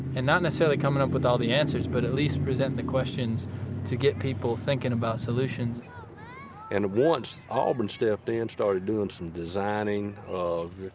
and not necessarily coming up with all the answers, but at least present the questions to get people thinking about solutions and once auburn stepped in, and started doing some designing of,